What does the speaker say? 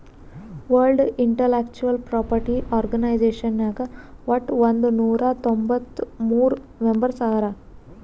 world intellectual property organisation ನಾಗ್ ವಟ್ ಒಂದ್ ನೊರಾ ತೊಂಬತ್ತ ಮೂರ್ ಮೆಂಬರ್ಸ್ ಹರಾ